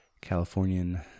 Californian